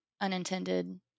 unintended